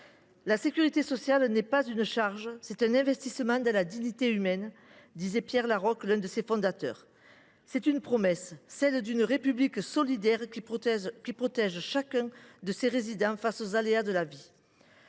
« La sécurité sociale n’est pas une charge, c’est un investissement dans la dignité humaine », disait Pierre Laroque, l’un de ses fondateurs. C’est une promesse : celle d’une République solidaire qui protège chacun de ses résidents face aux aléas de la vie.